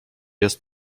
jest